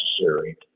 necessary